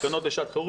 תקנות לשעת חירום.